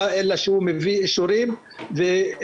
אלא לאחר שהוא מביא אישורים ממקורות,